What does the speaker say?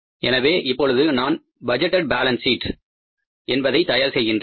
எனவே இப்பொழுது நான் பட்ஜெட்டேட் பாலன்ஸ் சீட் ஐ தயார் செய்கின்றேன்